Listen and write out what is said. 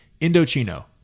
Indochino